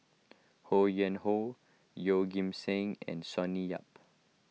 Ho Yuen Hoe Yeoh Ghim Seng and Sonny Yap